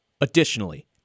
Additionally